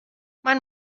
man